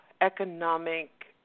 economic